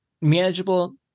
manageable